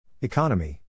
Economy